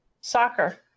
soccer